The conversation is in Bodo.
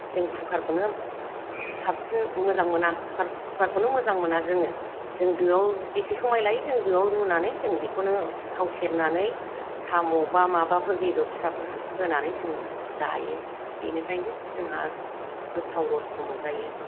जों खुखारखौनो साबसिन मोजां मोना खुखारखौनो मोजां मोना जोङो जों दोआव बेसे समाय लायो जों दोआव रुनानै जों बेखौनो थाव सेरनानै साम' बा माबाफोर बेदर फिसाफोर होनानै जों जायो बेनिफ्रायनो जोंहा गोथाव रसखौ मोनजायो